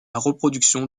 reproduction